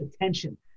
attention